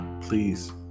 please